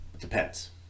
depends